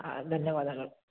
ಹಾಂ ಧನ್ಯವಾದಗಳು